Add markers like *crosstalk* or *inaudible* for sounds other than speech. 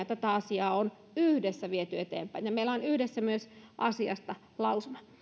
*unintelligible* tätä asiaa on yhdessä viety eteenpäin ja meillä on yhdessä myös asiasta lausuma